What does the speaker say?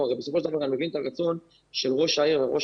בסופו של דבר אני מבין את הרצון של ראש העיר וראש